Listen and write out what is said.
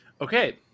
Okay